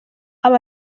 aba